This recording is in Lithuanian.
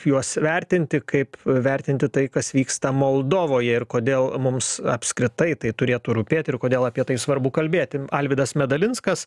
juos vertinti kaip vertinti tai kas vyksta moldovoje ir kodėl mums apskritai tai turėtų rūpėti ir kodėl apie tai svarbu kalbėti alvydas medalinskas